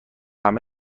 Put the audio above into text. همه